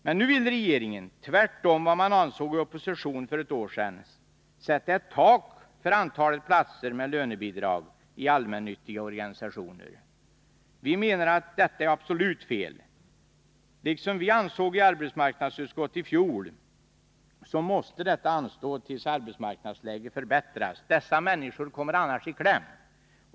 Men nu vill regeringen — tvärtemot vad man ansåg i opposition för ett år sedan — sätta ett tak för antalet platser med lönebidrag i allmännyttiga organisationer. Vi menar att detta är absolut fel. Liksom vi ansåg i arbetsmarknadsutskottet i fjol måste detta anstå tills arbetsmarknadsläget förbättras. Dessa människor kommer annars i kläm.